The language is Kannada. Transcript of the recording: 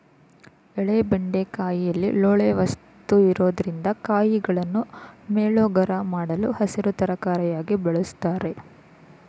ಎಳೆ ಬೆಂಡೆಕಾಯಿಲಿ ಲೋಳೆ ವಸ್ತು ಇರೊದ್ರಿಂದ ಕಾಯಿಗಳನ್ನು ಮೇಲೋಗರ ಮಾಡಲು ಹಸಿರು ತರಕಾರಿಯಾಗಿ ಬಳುಸ್ತಾರೆ